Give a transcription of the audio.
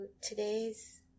today's